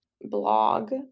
blog